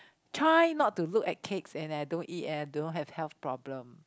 try not to look at cakes and I don't eat and I don't have health problems